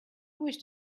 wished